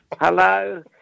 hello